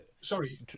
Sorry